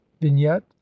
vignette